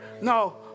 no